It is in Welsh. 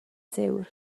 siŵr